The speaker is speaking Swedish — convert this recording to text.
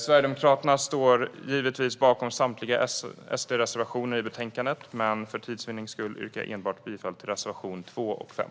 Sverigedemokraterna står givetvis bakom samtliga SD-reservationer i betänkandet, men för tids vinnande yrkar jag bifall enbart till reservationerna 2 och 5.